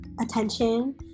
attention